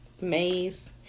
Maze